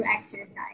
exercise